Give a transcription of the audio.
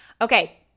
Okay